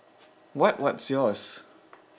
what what's yours